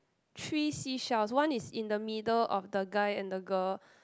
three sea shells one is in the middle of the guy and the girl